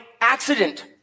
accident